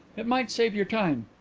it might save your time.